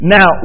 Now